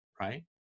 right